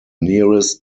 nearest